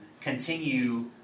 continue